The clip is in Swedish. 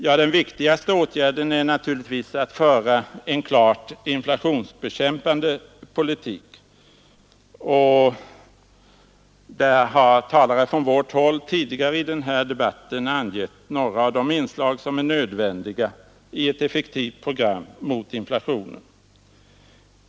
Ja, den viktigaste åtgärden är naturligtvis att föra en klart inflationsbekämpande politik, och där har talare från vårt håll tidigare i den här debatten angett några av de inslag som är nödvändiga i ett effektivt program mot inflationen.